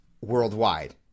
worldwide